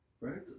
right